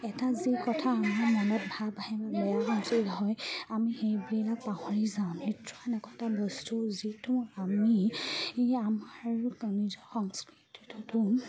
এটা যি কথা আমাৰ মনত ভাৱ আহে বা বেয়া সঁচি হয় আমি সেইবিলাক পাহৰি যাওঁ নৃত্য এনেকুৱা বস্তু যিটো আমি আমাৰ নিজৰ সংস্কৃতিটোতো